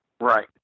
right